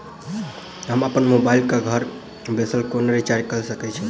हम अप्पन मोबाइल कऽ घर बैसल कोना रिचार्ज कऽ सकय छी?